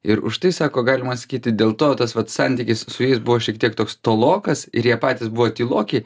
ir už tai sako galima atsakyti dėl to tas vat santykis su jais buvo šiek tiek toks tolokas ir jie patys buvo tyloki